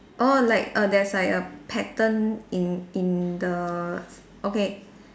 oh like err there's like a pattern in in the okay